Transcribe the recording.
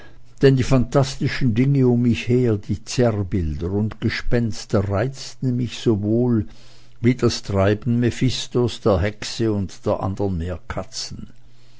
denn die phantastischen dinge um mich her die zerrbilder und gespenster reizten mich sowohl wie das treiben mephistos der hexe und der andern